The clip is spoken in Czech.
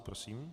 Prosím.